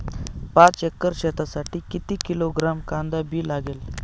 पाच एकर शेतासाठी किती किलोग्रॅम कांदा बी लागेल?